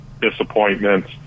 disappointments